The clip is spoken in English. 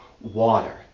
water